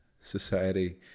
society